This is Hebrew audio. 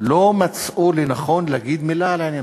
לא מצאו לנכון להגיד מילה על העניין.